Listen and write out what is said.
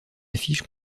affiche